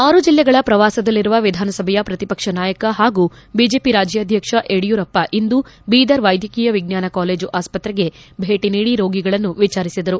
ಆರು ಬಿಲ್ಲೆಗಳ ಪ್ರವಾಸದಲ್ಲಿರುವ ವಿಧಾನಸಭೆಯ ಪ್ರತಿಪಕ್ಷ ನಾಯಕ ಹಾಗೂ ಬಿಜೆಪಿ ರಾಜ್ಯಾಧ್ಯಕ್ಷ ಯಡಿಯೂರಪ್ಪ ಇಂದು ಬೀದರ್ ವೈದ್ಯಕೀಯ ವಿಜ್ಞಾನ ಕಾಲೇಜು ಆಸ್ಪತ್ರೆಗೆ ಭೇಟಿ ನೀಡಿ ರೋಗಿಗಳನ್ನು ವಿಚಾರಿಸಿದರು